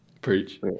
preach